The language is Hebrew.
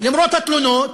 למרות התלונות,